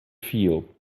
feel